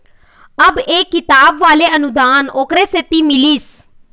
अब ये किताब वाले अनुदान ओखरे सेती मिलिस